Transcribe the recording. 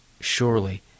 Surely